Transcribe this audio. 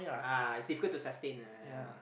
ah it's difficult to sustain a